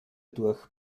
durch